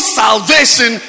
salvation